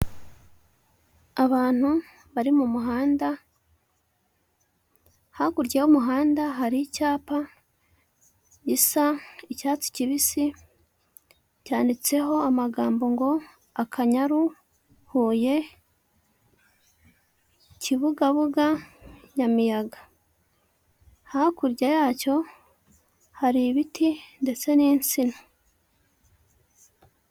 Abantu bari mu muhanda, hakurya y'umuhanda hari icyapa gisa icyatsi kibisi cyanyanditseho amagambo ngo Akanyaru, Huye, Kibugabuga, Nyamiyaga; hakurya yacyo hari ibiti ndetse n'insina.